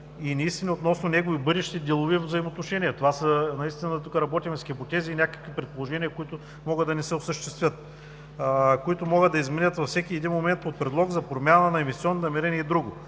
и наистина относно негови бъдещи делови взаимоотношения. Тук работим с хипотези и някакви предположения, които могат да не се осъществят, които могат да се изменят във всеки един момент под предлог за промяна на инвестиционни намерения и други.